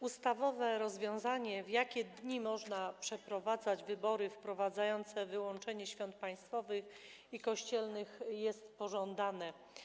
Ustawowe rozwiązanie, w jakie dni można przeprowadzać wybory, wprowadzające wyłączenie świąt państwowych i kościelnych jest pożądane.